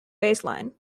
baseline